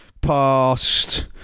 past